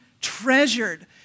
treasured